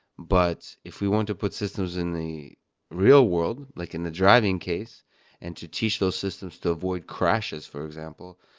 but if we want to put systems in the real world, like in the driving case and to teach those systems to avoid crashes, for example,